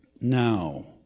Now